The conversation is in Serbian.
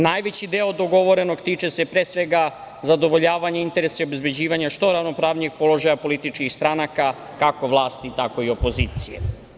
Najveći deo dogovorenog tiče se pre svega zadovoljavanja interesa i obezbeđivanja što ravnopravnijeg položaja političkih stranaka, kako vlasti, tako i opozicije.